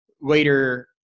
later